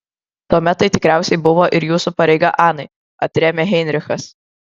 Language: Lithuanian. tuomet tai tikriausiai buvo ir jūsų pareiga anai atrėmė heinrichas